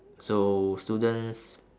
so students